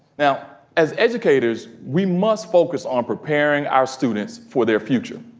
now as educators we must focus on preparing our students for their future.